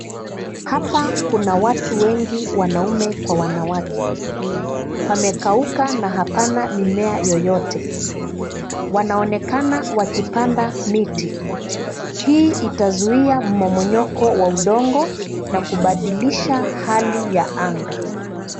Hapa kuna watu wengi wanaume kwa wanawake .Pamekauka na hapana mimea yoyote. Wanaonekana wakipanda miti. Hii itazuia mmomonyoko wa udongo na kubadilisha hali ya anga.